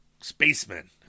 spacemen